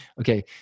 Okay